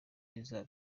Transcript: izaba